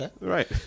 Right